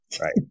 Right